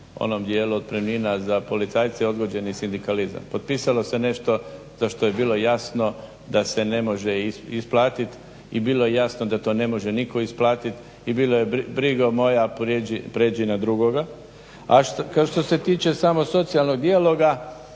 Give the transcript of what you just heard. onom djelu otpremnina za policajce odgođeni sindikalizam. Potpisala se nešto za što je bilo jasno da se ne može isplatiti i bilo je jasno da to ne može nitko isplatiti i bilo je brigo moja prijeđi na drugoga. A što se tiče samog socijalnog dijaloga,